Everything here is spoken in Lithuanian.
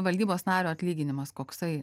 valdybos nario atlyginimas koksai